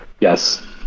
Yes